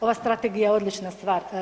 Ova strategija je odlična stvar.